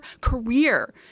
career